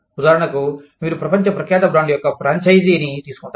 ఉదాహరణకు మీరు ప్రపంచ ప్రఖ్యాత బ్రాండ్ యొక్క ఫ్రాంచైజీని తీసుకుంటారు